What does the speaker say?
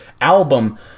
album